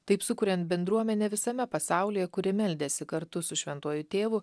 taip sukuriant bendruomenę visame pasaulyje kuri meldėsi kartu su šventuoju tėvu